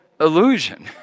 illusion